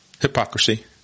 hypocrisy